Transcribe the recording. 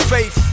Faith